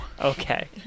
Okay